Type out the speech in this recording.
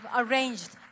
arranged